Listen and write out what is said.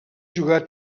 jugar